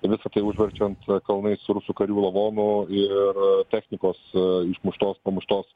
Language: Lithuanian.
visa tai užverčiant kalnais rusų karių lavonų ir technikos išmuštos pamuštos